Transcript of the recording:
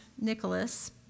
Nicholas